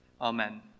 Amen